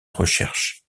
recherche